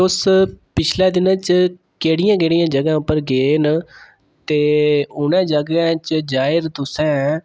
तुस पिछलें दिनें च केह्ड़ियें केह्ड़ियें जगह् उप्पर गे न ते उ'नें जगहे्ं च जाइयै तुसें